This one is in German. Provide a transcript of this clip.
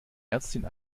ärztin